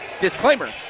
Disclaimer